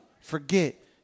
forget